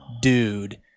Dude